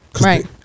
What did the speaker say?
Right